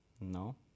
No